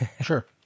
Sure